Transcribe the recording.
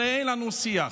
הרי אין לנו שיח.